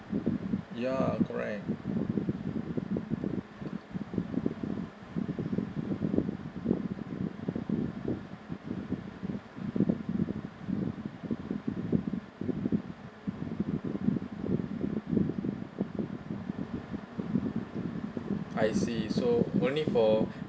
yeah correct I see so only for